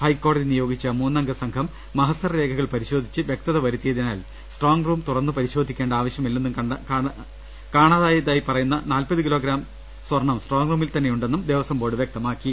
ഹൈക്കോടതി നിയോഗിച്ച മൂന്നംഗ സംഘം മഹസ്സർ രേഖകൾ പരി ശോധിച്ച് വൃക്തത വരുത്തിയതിനാൽ സ്ട്രോങ്ങ് റൂം തുറന്നു പരി ശോധിക്കേണ്ട ആവശ്യമില്ലെന്നും കാണാതായതായി പറയുന്ന നാൽപത് കിലോ ഗ്രാം സ്വർണം സ്ട്രോങ്ങ് റൂമിൽ തന്നെയുണ്ടെന്നും ദേവസ്വം ബോർഡ് വ്യക്തമാക്കി